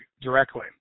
directly